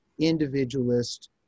individualist